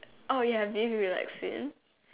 oh you have beef relaxing